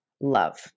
love